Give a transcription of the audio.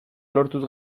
lortuz